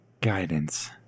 Guidance